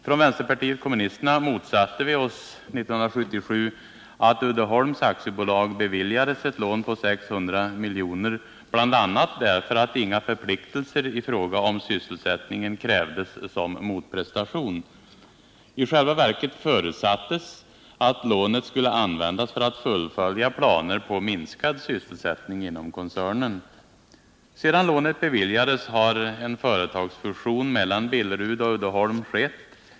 Från vänsterpartiet kommunisterna motsatte vi oss 1977 att Uddeholms AB beviljades ett lån på 600 miljoner, bl.a. därför att inga förpliktelser i fråga om sysselsättningen krävdes som motprestation. I själva verket förutsattes att lånet skulle användas för att fullfölja planer på minskad sysselsättning inom koncernen. Sedan lånet beviljades har en företagsfusion mellan Billerud och Uddeholm skett.